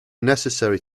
necessary